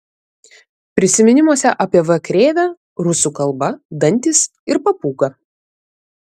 prisiminimuose apie v krėvę rusų kalba dantys ir papūga